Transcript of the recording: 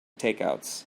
takeouts